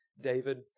David